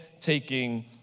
taking